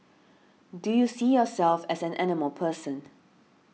do you see yourself as an animal person